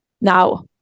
now